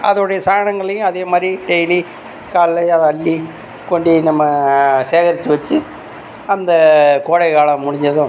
அதோடைய சாணங்களையும் அதேமாதிரி டெய்லி காலைலயே அதை அள்ளி கொண்டு நம்ம சேகரிச்சு வச்சு அந்த கோடைக்காலம் முடிஞ்சதும்